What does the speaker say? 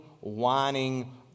whining